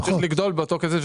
והוא ימשיך לגדול באותו הקצב,